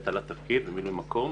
זו הטלת תפקיד, זה מילוי מקום.